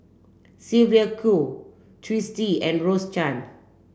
Sylvia Kho Twisstii and Rose Chan